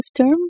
term